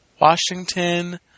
Washington